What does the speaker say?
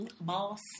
Boss